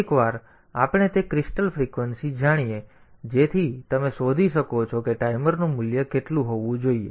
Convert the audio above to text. તેથી એકવાર આપણે તે ક્રિસ્ટલ ફ્રીક્વન્સી જાણીએ જેથી તમે શોધી શકો કે તે ટાઈમરનું કેટલું મૂલ્ય હોવું જોઈએ